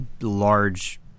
large